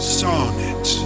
sonnet